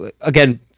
again